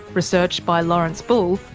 research by lawrence bull,